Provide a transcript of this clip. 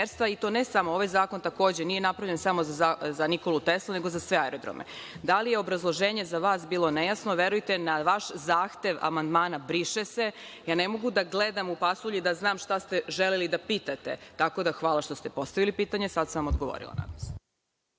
i to ne samo ovaj zakon. Takođe, nije napravljen samo za „Nikolu Teslu“, nego za sve aerodrome. Da li je obrazloženje za vas bilo nejasno, verujte, na vaš zahtev amandmana „briše se“, ja ne mogu da gledam u pasulj i da znam šta ste želeli da pitate. Hvala vam što ste postavili pitanje. Sad sam vam odgovorila, nadam